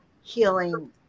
healing